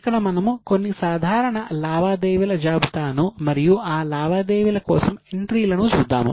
ఇక్కడ మనము కొన్ని సాధారణ లావాదేవీల జాబితాను మరియు ఆ లావాదేవీల కోసం ఎంట్రీలను చూద్దాము